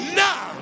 now